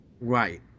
Right